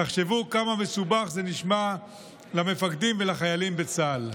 תחשבו כמה מסובך זה נשמע למפקדים ולחיילים בצה"ל.